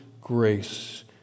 grace